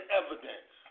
evidence